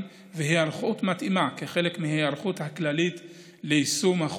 והיערכות מתאימה כחלק מההיערכות הכללית ליישום החוק.